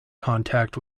contact